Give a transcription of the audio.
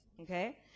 okay